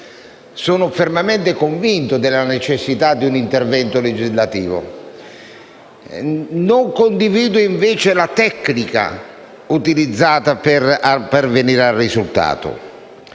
sono fermamente convinto della necessità di un intervento legislativo. Non condivido invece la tecnica utilizzata per pervenire al risultato.